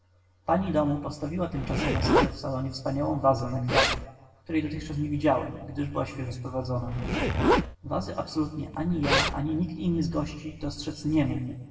pani domu postawiła tymczasem na stole w salonie wspaniałą wazę na kwiaty której dotąd nie widziałem gdyż była świeżo sprowadzona wazy absolutnie ani ja ani nikt inny z gości dostrzedz nie mógł